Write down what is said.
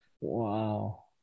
Wow